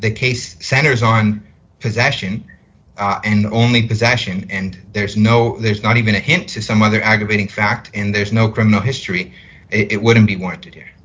case centers on possession and only possession and there's no there's not even a hint to some other aggravating factor in there's no criminal history it wouldn't be wanted here